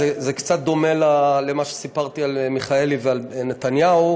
זה קצת דומה למה שסיפרתי על מיכאלי ועל נתניהו.